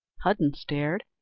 hudden stared,